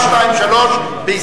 לא נתקבלו.